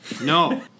No